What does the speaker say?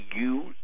use